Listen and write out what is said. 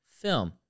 film